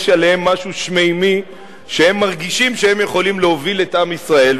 יש עליהם משהו שמימי שהם מרגישים שהם יכולים להוביל את עם ישראל,